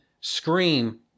Scream